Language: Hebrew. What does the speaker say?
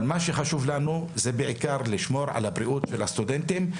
אבל מה שחשוב לנו זה בעיקר לשמור על הבריאות של הסטודנטים.